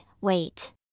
wait